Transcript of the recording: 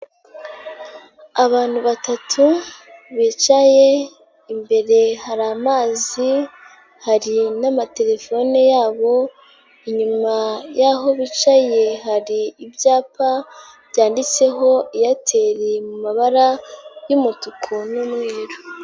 Abantu batatu bicaye imbere hari amazi hari n'amaterefone yabo, inyuma yaho bicaye hari ibyapa byanditseho Aitel mabara y'umutuku n'umweru.